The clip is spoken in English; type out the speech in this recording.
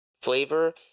flavor